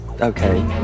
Okay